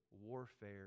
warfare